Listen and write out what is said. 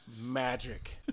magic